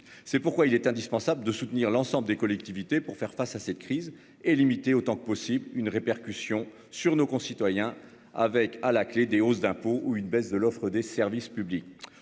C'est pourquoi il est indispensable de soutenir l'ensemble des collectivités pour faire face à cette crise et limiter autant que possible une répercussion sur nos concitoyens avec à la clé des hausses d'impôts ou une baisse de l'offre des services publics.